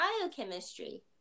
biochemistry